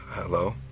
Hello